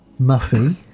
Muffy